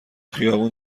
خیابون